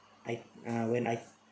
I uh when I